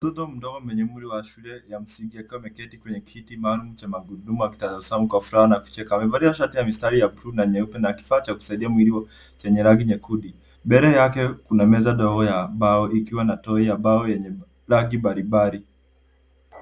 Mtoto mdogo mwenye umri ya shule ya msingi akiwa ameketi kwenye kiti maalum cha magurudumu akitazama kwa furaha na kucheka. Amevalia shati ya mistari ya buluu na nyeupe na kifaa cha kusaidia mwili chenye rangi nyekundu. Mbele yake kuna meza ndogo ya mbao ikiwa na toi ya mbao yenye rangi mbalimbali.